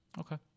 okay